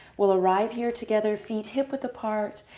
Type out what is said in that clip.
we'll arrive here together, feet hip width apart.